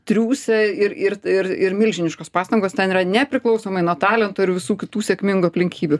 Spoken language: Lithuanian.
triūsia ir ir ir ir milžiniškos pastangos ten yra nepriklausomai nuo talento ir visų kitų sėkmingų aplinkybių